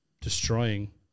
destroying